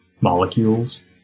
molecules